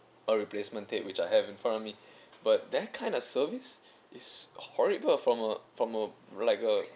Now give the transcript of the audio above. a replacement tape which I have in front of me but that kind of service is horrible from a from a like a